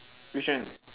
which one